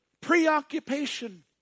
preoccupation